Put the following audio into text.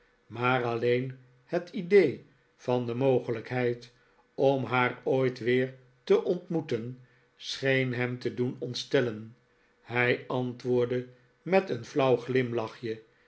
maar alleen het idee van de mogelijkheid om haar ooit weer te ontmoeten scheen hem te doen ontstellen hij antwoordde met een flauw glimlachje